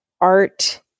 art